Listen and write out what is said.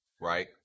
right